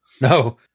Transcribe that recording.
No